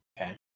Okay